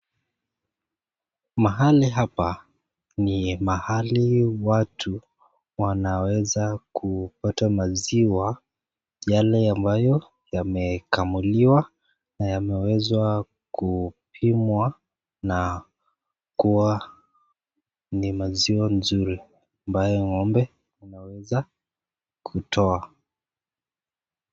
Mahali hapa ni mahali watu wanaweza kupata maziwa yale ambayo yamekamuliwa na yameweza kupimwa na kuwa ni maziwa mzuri ambayo ng'ombe anaweza kutoa.